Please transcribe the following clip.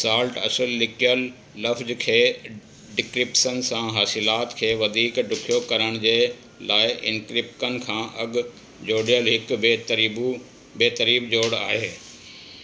salt असुलु लिकियलु लफ़्ज़ खे डिक्रिपशन सां हासिलात खे वधीक डुखियो करण जे लाइ इन्क्रीपकन खां अॻु जोड़ियल हिकु बेतरीबु बेतरीब जोड़ आहे